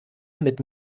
mit